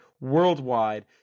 worldwide